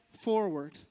forward